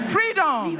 Freedom